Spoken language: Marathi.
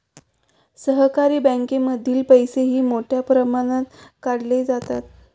सहकारी बँकांमधील पैसेही मोठ्या प्रमाणात काढले जातात